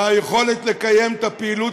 ליכולת לקיים את הפעילות,